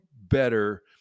better